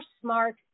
smart